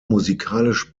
musikalisch